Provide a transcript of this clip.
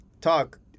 talk